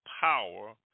power